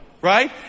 right